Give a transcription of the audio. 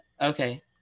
Okay